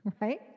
right